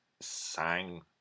sang